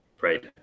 right